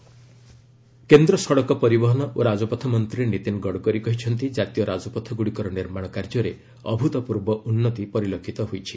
ଗଡ଼କରୀ ହାଇଓ୍ବେକ୍ କେନ୍ଦ୍ର ସଡ଼କ ପରିବହନ ଓ ରାଜପଥ ମନ୍ତ୍ରୀ ନୀତିନ ଗଡ଼କରୀ କହିଛନ୍ତି ଜାତୀୟ ରାଜପଥଗୁଡ଼ିକର ନିର୍ମାଣ କାର୍ଯ୍ୟରେ ଅଭୁତପୂର୍ବ ଉନ୍ନତି ପରିଲକ୍ଷିତ ହୋଇଛି